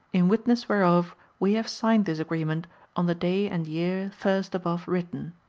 in witness whereof we have signed this agreement on the day and year first above written.